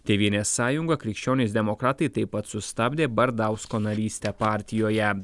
tėvynės sąjunga krikščionys demokratai taip pat sustabdė bardausko narystę partijoje